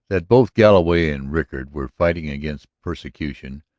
that both galloway and rickard were fighting against persecution,